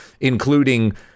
including